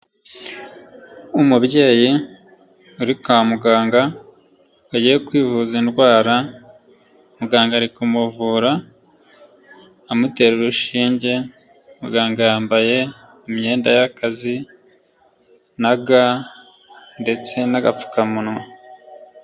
Umubyeyi uri kwa muganga wagiye kwivuza indwara, muganga ari kumuvura amutera urushinge, muganga yambaye imyenda y'akazi na ga ndetse n'agapfukamunwa.